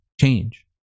change